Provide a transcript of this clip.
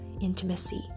intimacy